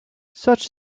such